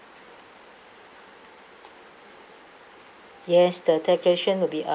yes the decoration will be uh